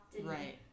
Right